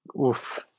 Oof